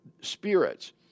spirits